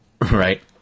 Right